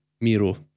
Miro